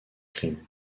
crimes